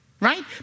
right